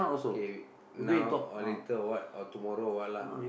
K now or later or what or tomorrow or what lah